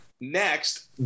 Next